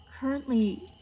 currently